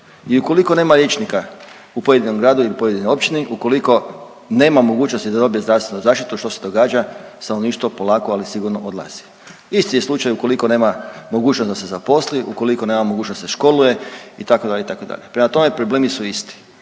i ukoliko nema liječnika u pojedinom gradu i u pojedinoj općini, ukoliko nema mogućnosti da dobije zdravstvenu zaštitu, što se događa? Stanovništvo polako, ali sigurno odlazi. Isti je slučaj ukoliko nema mogućnost da se zaposli, ukoliko nema mogućnost da se školuje itd., itd. prema tome problemi su isti.